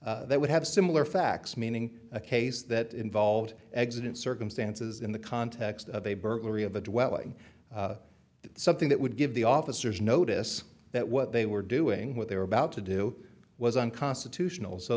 they would have similar facts meaning a case that involved existent circumstances in the context of a burglary of a dwelling something that would give the officers notice that what they were doing what they were about to do was unconstitutional so